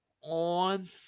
on